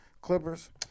Clippers